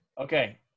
okay